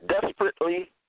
desperately